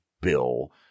bill